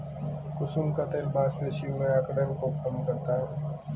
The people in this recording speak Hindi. कुसुम का तेल मांसपेशियों में अकड़न को कम करता है